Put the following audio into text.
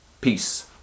Peace